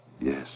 Yes